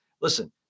Listen